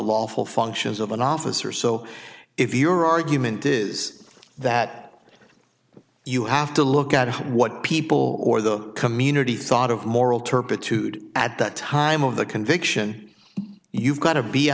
lawful functions of an officer so if your argument is that you have to look at what people or the community thought of moral turpitude at that time of the conviction you've got to be